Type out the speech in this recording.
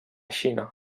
xina